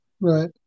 Right